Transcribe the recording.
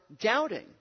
doubting